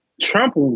Trump